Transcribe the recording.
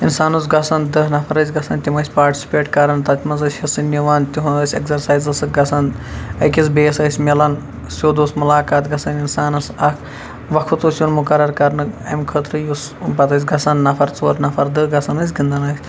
اِنسان اوس گَژھان دہ نَفَر ٲسۍ گَژھان تِم ٲسۍ پاٹِسِپیٹ کَران تَتھ مَنٛز ٲسۍ حِصہِ نِوان تہنٛد ٲسۍ ایٚگزَرسایز ٲسۍ گَژھان أکِس بیٚیِس ٲسۍ مِلان سیٚود اوس مُلاقات گَژھان اِنسانَس اکھ وَقت اوس یِوان مُقَرَر کَرنہٕ امہ خٲطرٕ یُس پَتہِ ٲسۍ گَژھان نَفَر ژور نَفَر دہ گَژھان ٲسۍ گِندان ٲسۍ